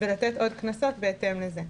ולתת עוד קנסות בהתאם זה.